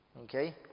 Okay